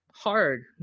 hard